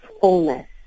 fullness